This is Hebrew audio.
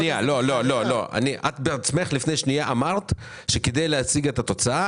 את בעצמך לפני שנייה אמרת שכדי להשיג את התוצאה,